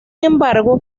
embargo